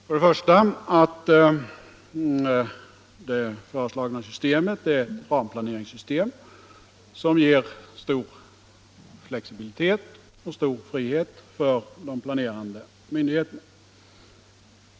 För det första är det föreslagna systemet ett ramplaneringssystem, som ger stor flexibilitet och stor frihet för de planerande myndigheterna.